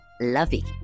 lovey